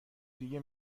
دیگه